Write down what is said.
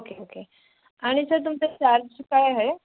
okay okay आणि sir तुमचं charge काय आहे